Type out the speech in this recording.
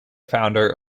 founder